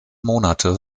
monate